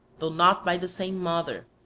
though not by the same mother,